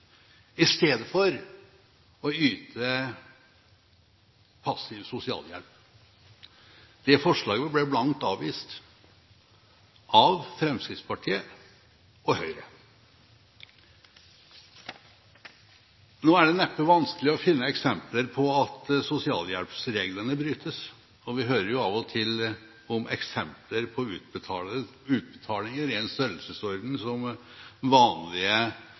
i stedet for å yte passiv sosialhjelp. Det forslaget ble blankt avvist av Fremskrittspartiet og Høyre. Nå er det neppe vanskelig å finne eksempler på at sosialhjelpsreglene brytes. Vi hører jo av og til om eksempler på utbetalinger i en størrelsesorden som vanlige